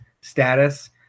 status